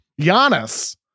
Giannis